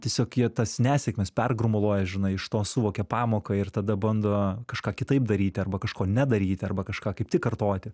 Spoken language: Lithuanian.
tiesiog jie tas nesėkmes pergromuluoja žinai iš to suvokia pamoką ir tada bando kažką kitaip daryti arba kažko nedaryti arba kažką kaip tik kartoti